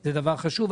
זה דבר חשוב.